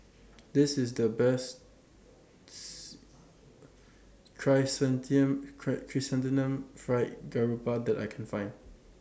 This IS The Best Chrysanthemum Fried Garoupa that I Can Find